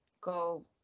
go